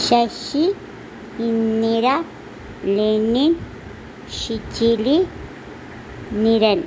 Sasi Indira Lenin ശുചിലി നിരൻ